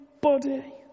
body